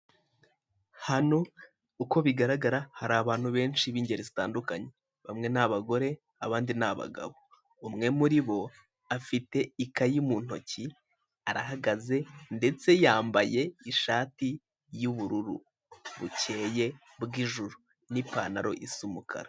Hano uko bigaragara hari abantu benshi b'ingeri zitandukanye. Bamwe ni abagore abandi ni abagabo. Umwe muri bo afite ikayi mu ntoki, arahagaze ndetse yambaye ishati y'ubururu bukeye bw'ijuru, n'ipantaro isa umukara.